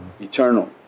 eternal